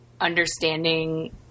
understanding